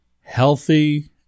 healthy